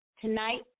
tonight